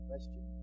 question